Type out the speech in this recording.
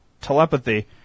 telepathy